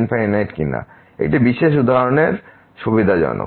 ∞ কিনা একটি বিশেষ উদাহরণে সুবিধাজনক